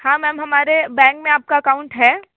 हाँ मैम हमारे बैंक मे आपका अकाउंट है